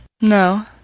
No